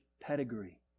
pedigree